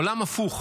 עולם הפוך.